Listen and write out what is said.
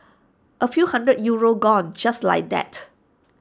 A few hundred euros gone just like that